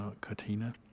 Katina